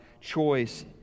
choice